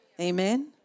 Amen